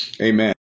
Amen